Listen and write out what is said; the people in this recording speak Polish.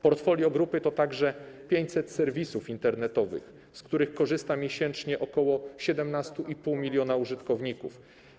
Portfolio grupy to także 500 serwisów internetowych, z których korzysta miesięcznie ok. 17,5 mln użytkowników.